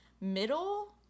middle